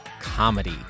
comedy